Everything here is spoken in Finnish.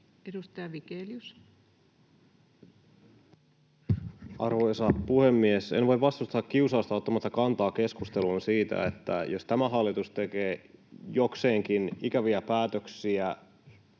Edustaja Vigelius. Arvoisa puhemies! En voi vastustaa kiusausta ottaa kantaa keskusteluun siitä, että jos tämä hallitus tekee jokseenkin ikäviä päätöksiä,